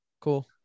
Cool